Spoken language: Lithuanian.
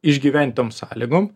išgyvent tom sąlygom